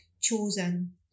chosen